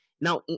Now